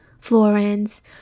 florence